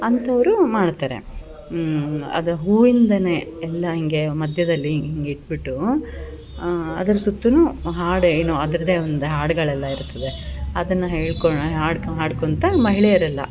ಅಂಥವ್ರು ಮಾಡ್ತಾರೆ ಅದು ಹೂವಿಂದ ಎಲ್ಲ ಹಿಂಗೆ ಮಧ್ಯದಲ್ಲಿ ಹಿಂಗೆ ಇಟ್ಬಿಟ್ಟು ಅದರ ಸುತ್ತು ಹಾಡೇನು ಅದರದ್ದೆ ಒಂದು ಹಾಡುಗಳೆಲ್ಲ ಇರ್ತದೆ ಅದನ್ನು ಹೇಳ್ಕೊಂಡು ಹಾಡು ಹಾಡು ಹಾಡ್ಕೊತ ಮಹಿಳೆಯರೆಲ್ಲ